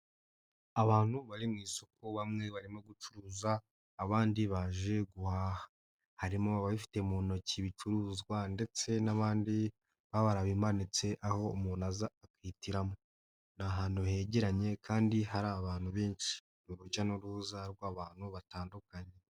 Abantu bari mu isoko bamwe barimo gucuruza abandi baje guhaha. Harimo ababifite mu ntoki ibicuruzwa ndetse n'abandi baba babimanitse aho umuntu aza akihitiramo. Ni ahantu hegeranye kandi hari abantu benshi urujya n'uruza rw'abantu batandukanye.